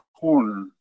corner